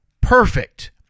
Perfect